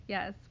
Yes